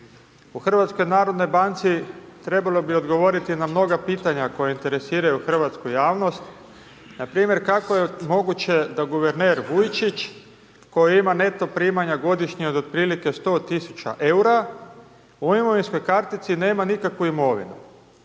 zabranjuje. U HNB-u trebalo bi odgovoriti na mnoga pitanja koja interesiraju hrvatsku javnost, npr. kako je moguće da guverner Vujčić koji ima neto primanja godišnje od otprilike 100 tisuća eura u imovinskoj kartici nema nikakvu imovinu.